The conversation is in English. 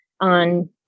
on